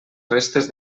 restes